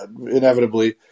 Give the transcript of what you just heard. inevitably